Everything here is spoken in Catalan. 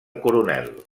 coronel